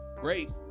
great